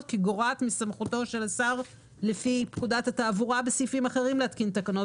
גורעת מסמכותו של השר לפי פקודת התעבורה בסעיפים אחרים להתקין תקנות.